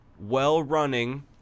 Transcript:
well-running